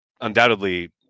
Undoubtedly